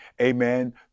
amen